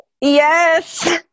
Yes